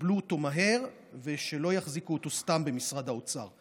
יקבלו אותו מהר, ולא יחזיקו אותו סתם במשרד האוצר.